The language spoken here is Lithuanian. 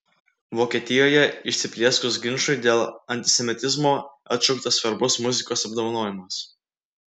vokietijoje įsiplieskus ginčui dėl antisemitizmo atšauktas svarbus muzikos apdovanojimas